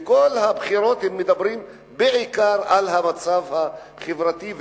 בכל מערכות הבחירות מדברות בעיקר על המצב החברתי,